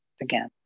again